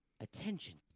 attention